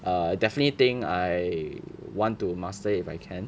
err I definitely think I want to master if I can